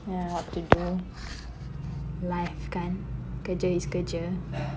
yeah what to do life kan kerja is kerja